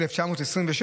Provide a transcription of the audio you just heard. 1927,